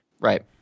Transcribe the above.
Right